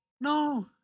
No